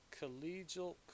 collegial